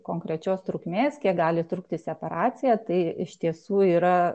konkrečios trukmės kiek gali trukti separacija tai iš tiesų yra